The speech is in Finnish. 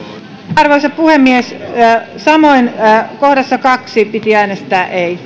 arvoisa puhemies samoin kohdassa kaksi piti äänestää ei